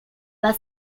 were